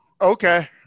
Okay